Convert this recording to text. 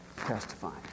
testifying